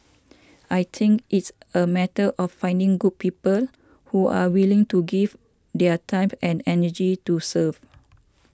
I think it's a matter of finding good people who are willing to give their time and energy to serve